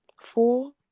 four